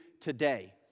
today